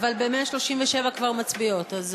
אבל על 137 כבר מצביעות, אז